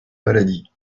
maladie